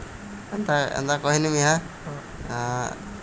जेन मनखे मन करा अचल संपत्ति हवय ये मान के चल ओ मनखे ह बरोबर पोठ घलोक हवय